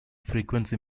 frequency